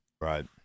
Right